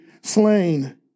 slain